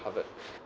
covered